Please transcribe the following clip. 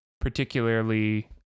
particularly